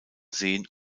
seen